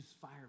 fire